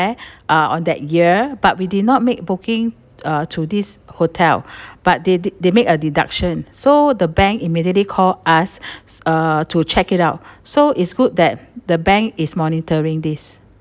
there ah on that year but we did not make booking uh to this hotel but they they make a deduction so the bank immediately call us s~ uh to check it out so it's good that the bank is monitoring this